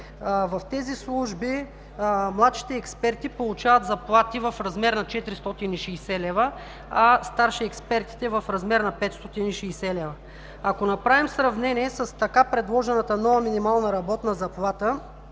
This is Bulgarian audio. В тези служби младшите експерти получават заплати в размер на 460 лв., а старши експертите – в размер на 560 лв. Ако направим сравнение с така предложената нова минимална работна заплата